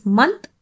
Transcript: month